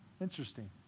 interesting